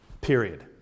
Period